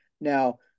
Now